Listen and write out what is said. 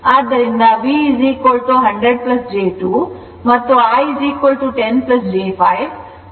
ಆದ್ದರಿಂದ V100 j 2 ಮತ್ತು I 10 j5 ಮತ್ತು ಅದರ complex conjugate 10 j 5 ಆಗಿರುತ್ತದೆ